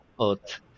earth